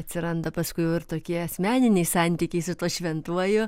atsiranda paskui jau ir tokie asmeniniai santykiai su tuo šventuoju